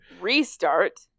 restart